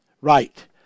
right